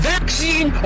Vaccine